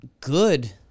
good